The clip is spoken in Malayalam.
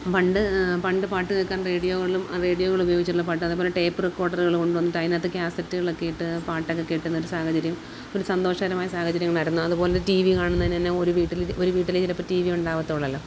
പണ്ട് പണ്ട് പാട്ട് കേൾക്കാൻ റേഡിയോകളും റേഡിയോകൾ ഉപയോഗിച്ചുള്ള പാട്ട് അതേപോലെ ടേപ്പ് റെക്കോർഡറുകളും കൊണ്ടുവന്നിട്ട് അതിനകത്ത് കാസറ്റുകളൊക്കെ ഇട്ട് പാട്ടൊക്കെ കേൾക്കുന്ന ഒരു സാഹചര്യം ഒരു സന്തോഷകരമായ സാഹചര്യങ്ങളായിരുന്നു അതുപോലെ ടി വി കാണുന്നതിനുതന്നെ ഒരു വീട്ടിൽ ഒരു വീട്ടിൽ ചിലപ്പോൾ ടി വി ഉണ്ടാവത്തുള്ളുവല്ലോ